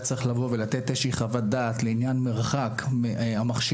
צריך לתת איזושהי חוות דעת לעניין מרחק המכשירים,